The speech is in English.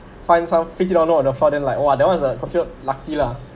find some fifty dollar on the floor then like !wah! that one is uh cause you're lucky lah